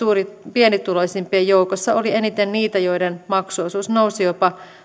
pienituloisimpien joukossa oli eniten niitä joiden maksuosuus nousi jopa